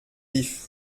vifs